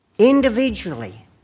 individually